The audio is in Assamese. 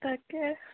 তাকে